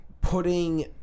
putting